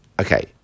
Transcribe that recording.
Okay